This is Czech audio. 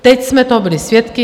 Teď jsme toho byli svědky.